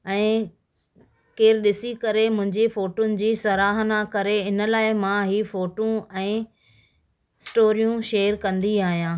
ऐं केर ॾिसी करे मुंहिंजी फ़ोटुंनि जी सराहना करे इन लाइ मां हीअ फ़ोटूं ऐं स्टोरियूं शेयर कंदी आहियां